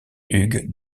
hugues